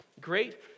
great